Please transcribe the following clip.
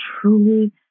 truly